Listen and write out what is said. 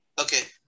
Okay